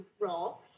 role